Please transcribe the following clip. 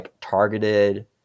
targeted